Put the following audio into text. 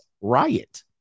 riot